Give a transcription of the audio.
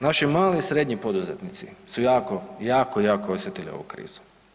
Naši mali i srednji poduzetnici su jako, jako, jako osjetili ovu krizu.